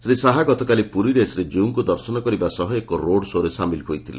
ଶ୍ରୀ ଶାହା ଗତକାଲି ପୁରୀରେ ଶ୍ରୀକୀଉଙ୍କୁ ଦର୍ଶନ କରିବା ସହ ଏକ ରୋଡ୍ ସୋ'ରେ ସାମିଲ ହୋଇଥିଲେ